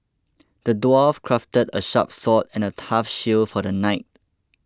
the dwarf crafted a sharp sword and a tough shield for the knight